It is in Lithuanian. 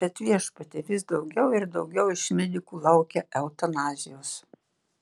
bet viešpatie vis daugiau ir daugiau iš medikų laukia eutanazijos